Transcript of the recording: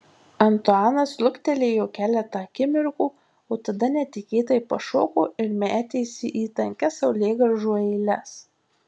antuanas luktelėjo keletą akimirkų o tada netikėtai pašoko ir metėsi į tankias saulėgrąžų eiles